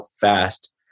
fast